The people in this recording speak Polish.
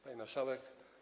Pani Marszałek!